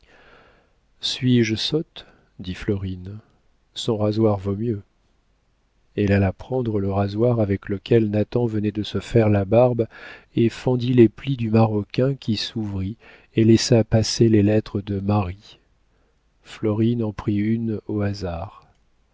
glisser suis-je sotte dit florine son rasoir vaut mieux elle alla prendre le rasoir avec lequel nathan venait de se faire la barbe et fendit les plis du maroquin qui s'ouvrit et laissa passer les lettres de marie florine en prit une au hasard